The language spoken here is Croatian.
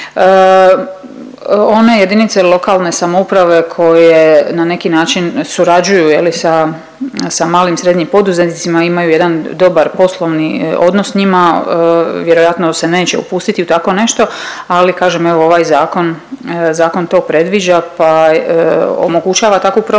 One jedinice lokalne samouprave koje na neki način surađuju je li sa, sa malim i srednjim poduzetnicima imaju jedan dobar poslovni odnos s njima vjerojatno se neće upustiti u tako nešto ali kažem evo ovaj zakon, zakon to predviđa pa omogućava takvu promjenu